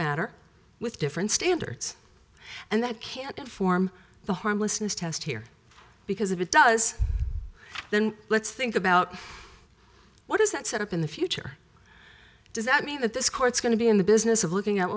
matter with different standards and that can't inform the harmlessness test here because if it does then let's think about what does that set up in the future does that mean that this court's going to be in the business of looking at